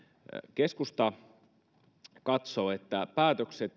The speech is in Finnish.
keskusta katsoo että päätökset